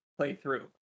playthrough